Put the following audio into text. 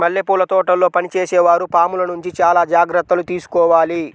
మల్లెపూల తోటల్లో పనిచేసే వారు పాముల నుంచి చాలా జాగ్రత్తలు తీసుకోవాలి